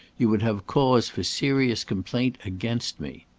you would have cause for serious complaint against me.